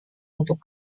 untuk